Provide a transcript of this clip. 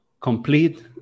complete